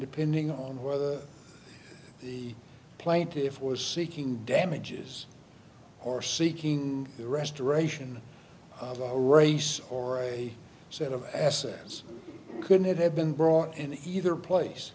depending on whether the plaintiffs was seeking damages or seeking the restoration race or a set of assets could have been brought in either place